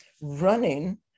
running